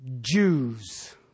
Jews